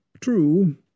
True